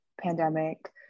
pandemic